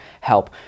help